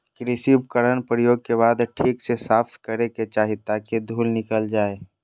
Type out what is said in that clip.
कृषि उपकरण प्रयोग के बाद ठीक से साफ करै के चाही ताकि धुल निकल जाय